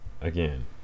again